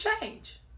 change